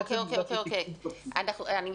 עצם העובדה שיש תקצוב כפול --- אני מתנצלת,